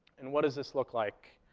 and what does this look like?